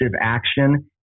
action